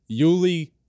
Yuli